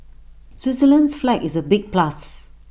Switzerland's flag is A big plus